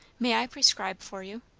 may i prescribe for you?